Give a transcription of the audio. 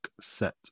set